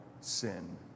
sin